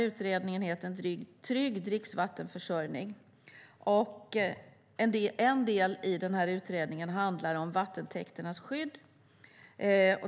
Utredningen heter En trygg dricksvattenförsörjning . En del i utredningen handlar om vattentäkternas skydd.